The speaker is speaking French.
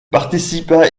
participa